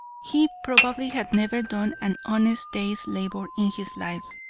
he probably had never done an honest day's labor in his life.